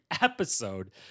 episode